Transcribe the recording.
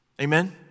Amen